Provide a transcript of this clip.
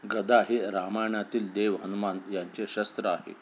गदा हे रामायणातील देव हनुमान यांचे शस्त्र आहे